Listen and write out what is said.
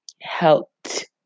helped